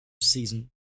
season